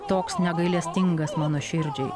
toks negailestingas mano širdžiai